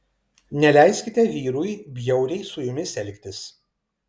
neleiskite vyrui bjauriai su jumis elgtis